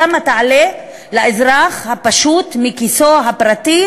כמה יעלה לאזרח הפשוט מכיסו הפרטי